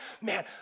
man